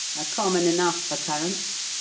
a common enough occurrence.